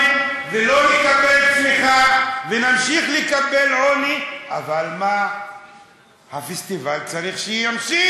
אבל זה לא נוסח החוק.